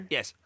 Yes